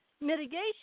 Mitigation